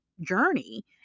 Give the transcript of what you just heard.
journey